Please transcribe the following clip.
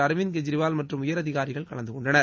அரவிந்த் கெஜ்ரிவால் மற்றும் உயர் அதிகாரிகள் கலந்து கொண்டனர்